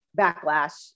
backlash